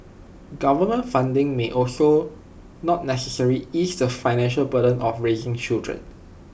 government funding may also not necessarily ease the financial burden of raising children